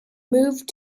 moved